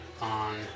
on